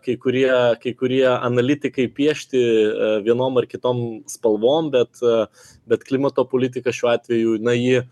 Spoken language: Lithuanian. kai kurie kai kurie analitikai piešti vienom ar kitom spalvom bet a bet klimato politika šiuo atveju na ji